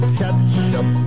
ketchup